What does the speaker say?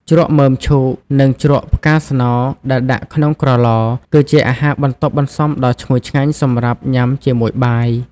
ជ្រក់មើមឈូក និងជ្រក់ផ្កាស្នោដែលដាក់ក្នុងក្រឡ គឺជាអាហារបន្ទាប់បន្សំដ៏ឈ្ងុយឆ្ងាញ់សម្រាប់ញ៉ាំជាមួយបាយ។